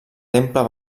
temple